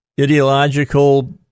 ideological